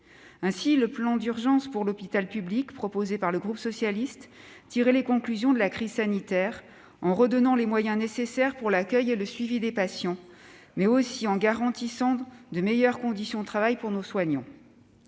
Ainsi, le plan d'urgence pour l'hôpital public proposé par le groupe socialiste tirait les conclusions de la crise sanitaire en lui redonnant les moyens nécessaires pour l'accueil et le suivi des patients, mais aussi en garantissant de meilleures conditions de travail pour nos soignants.